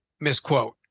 misquote